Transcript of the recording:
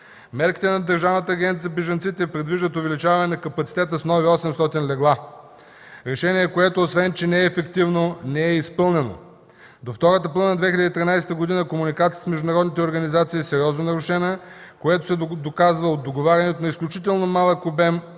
Мерките на Държавната агенция за бежанците предвиждат увеличаване на капацитета с нови 800 легла – решение, което, освен че не е ефективно, не е и изпълнено. До втората половина на 2013 г. комуникацията с международните организации е сериозно нарушена, което се доказва от договарянето на изключително малък обем